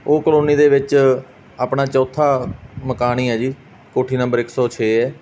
ਉਹ ਕਲੋਨੀ ਦੇ ਵਿੱਚ ਆਪਣਾ ਚੌਥਾ ਮਕਾਨ ਹੀ ਹੈ ਜੀ ਕੋਠੀ ਨੰਬਰ ਇੱਕ ਸੌ ਛੇ ਹੈ